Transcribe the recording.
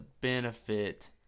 benefit